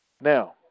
Now